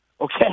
Okay